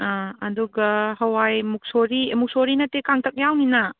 ꯑꯥ ꯑꯗꯨꯒ ꯍꯋꯥꯏ ꯃꯨꯛꯁꯣꯔꯤ ꯃꯨꯛꯁꯣꯔꯤ ꯅꯠꯇꯦ ꯀꯥꯡꯇꯛ ꯌꯥꯎꯅꯤꯅ